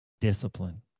discipline